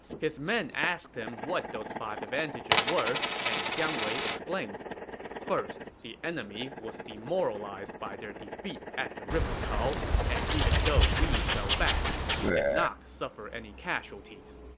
his men asked what those five advantages were, and jiang wei explained first, the enemy was demoralized by their defeat at the river tao, and even though we fell back, we did not suffer any casualties.